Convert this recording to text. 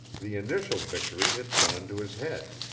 the initial victory had gone to his head.